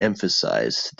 emphasized